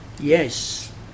Yes